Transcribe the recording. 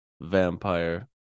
vampire